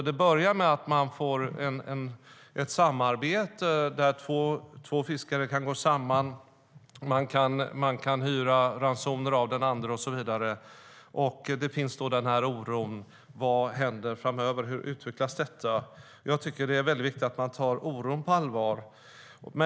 Det börjar med att man får ett samarbete där två fiskare kan gå samman, alltså att man kan hyra ransoner av den andra och så vidare, och det finns en oro över vad som händer framöver och hur det utvecklas. Jag tycker att det är viktigt att man tar oron på allvar.